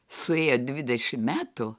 suėjo dvidešim metų